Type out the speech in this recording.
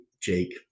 Jake